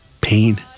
pain